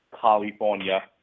California